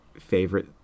favorite